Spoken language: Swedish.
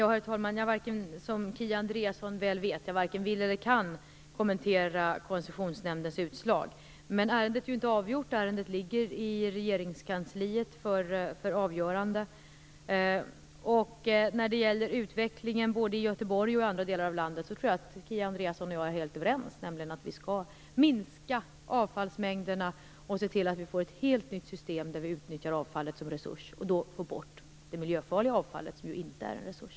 Herr talman! Jag varken vill eller kan kommentera Koncessionsnämndens utslag, som Kia Andreasson vet. Men ärendet är inte avgjort. Det ligger i Regeringskansliet för avgörande. När det gäller utvecklingen både i Göteborg och i andra delar av landet tror jag att Kia Andreasson och jag är helt överens om att vi skall minska avfallsmängderna och se till att vi får ett helt nytt system där vi utnyttjar avfallet som resurs och får bort det miljöfarliga avfallet, som ju inte är en resurs.